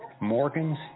Morgans